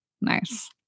Nice